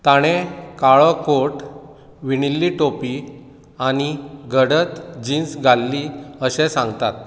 ताणें काळो कोट विणिल्ली टोपी आनी गडद जीन्स घाल्ली अशें सांगतात